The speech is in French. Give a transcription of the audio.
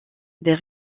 des